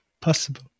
Possible